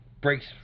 breaks